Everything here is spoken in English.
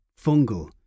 fungal